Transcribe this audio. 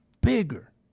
Bigger